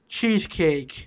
cheesecake